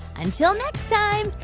until next time,